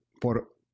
por